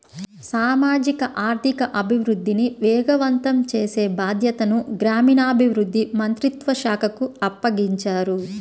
సామాజిక ఆర్థిక అభివృద్ధిని వేగవంతం చేసే బాధ్యతను గ్రామీణాభివృద్ధి మంత్రిత్వ శాఖకు అప్పగించారు